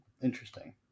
Interesting